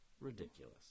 Ridiculous